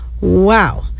Wow